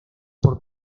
por